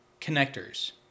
connectors